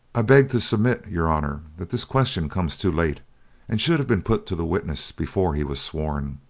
i beg to submit, your honour, that this question comes too late and should have been put to the witness before he was sworn.